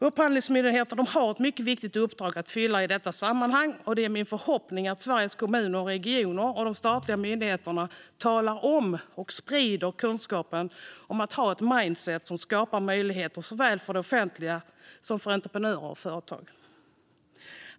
Upphandlingsmyndigheten har ett mycket viktigt uppdrag att fylla i detta sammanhang, och det är min förhoppning att Sveriges Kommuner och Regioner och de statliga myndigheterna talar om och sprider kunskap om att ha ett mindset som skapar möjligheter såväl för det offentliga som för entreprenörer och företag.